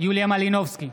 יוליה מלינובסקי,